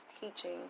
teaching